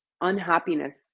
unhappiness